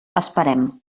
esperem